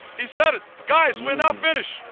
he said it guys we're not finished.